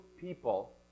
people